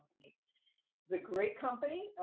it was a great company,